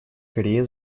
корея